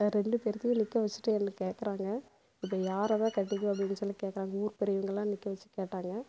ரெண்டு பேருத்தையும் நிற்க வச்சுட்டு என்ன கேட்குறாங்க இப்போ யாரை தான் கட்டிப்ப அப்படின் சொல்லி கேட்குறாங்க ஊர் பெரியவர்கள்லாம் நிற்க வச்சு கேட்டாங்க